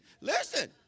Listen